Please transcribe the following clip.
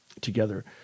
together